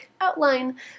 outline